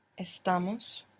Estamos